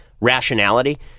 rationality